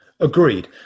Agreed